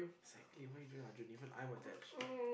exactly what are you doing Arjun even I'm attached